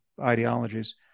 ideologies